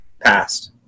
past